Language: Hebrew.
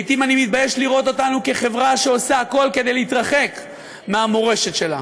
לעתים אני מתבייש לראות אותנו כחברה שעושה הכול כדי להתרחק מהמורשת שלה.